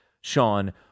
sean